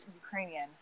Ukrainian